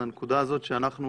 בנקודה הזאת שאנחנו